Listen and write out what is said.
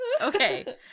Okay